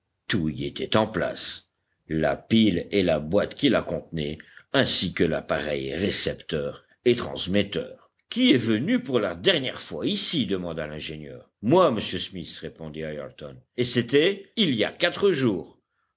tout y était en place la pile et la boîte qui la contenait ainsi que l'appareil récepteur et transmetteur qui est venu pour la dernière fois ici demanda l'ingénieur moi monsieur smith répondit ayrton et c'était il y a quatre jours